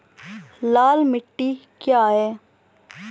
लाल मिट्टी क्या है?